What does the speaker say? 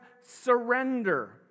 surrender